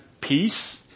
peace